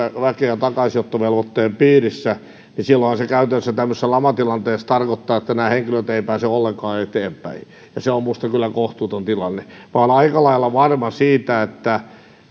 jolla on väkeä takaisinottovelvoitteen piirissä niin silloinhan se käytännössä tämmöisessä lamatilanteessa tarkoittaa että nämä henkilöt eivät pääse ollenkaan eteenpäin ja se on minusta kyllä kohtuuton tilanne olen aika lailla varma siitä että